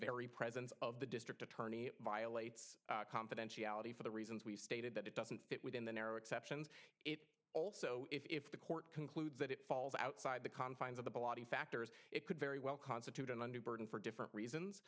very presence of the district attorney violates confidentiality for the reasons we've stated that it doesn't fit within the narrow exceptions it also if the court concludes that it falls outside the confines of the body factors it could very well constitute an undue burden for different reasons